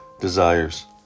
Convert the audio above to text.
desires